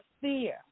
fear